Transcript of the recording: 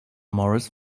morris